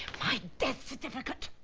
my death certificate!